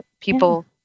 people